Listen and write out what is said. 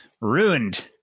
Ruined